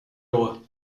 lois